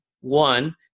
one